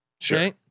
Sure